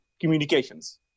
communications